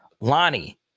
Lonnie